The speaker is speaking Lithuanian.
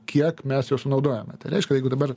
kiek mes jos sunaudojame tai reiškia jeigu dabar